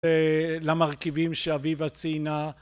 למרכיבים שאביבה ציינה.